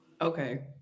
Okay